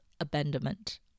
abandonment